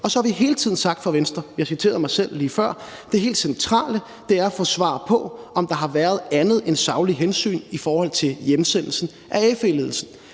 Og så har vi hele tiden sagt fra Venstres side – jeg citerede mig selv lige før – at det helt centrale er at få svar på, om der har været andet end saglige hensyn i forhold til hjemsendelsen af FE-ledelsen.